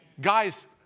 Guys